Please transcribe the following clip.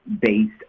based